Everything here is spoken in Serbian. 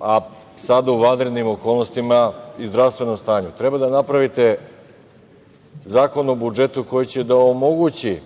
a sada u vanrednim okolnostima i zdravstvenom stanju. Treba da napravite Zakon o budžetu koji će da omogući